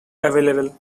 available